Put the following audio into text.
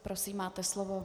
Prosím, máte slovo.